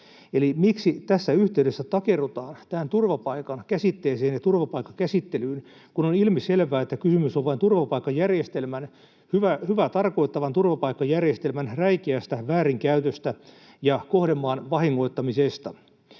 Eli miksi tässä yhteydessä takerrutaan tähän turvapaikan käsitteeseen ja turvapaikkakäsittelyyn, kun on ilmiselvää, että kysymys on vain hyvää tarkoittavan turvapaikkajärjestelmän räikeästä väärinkäytöstä ja kohdemaan vahingoittamisesta?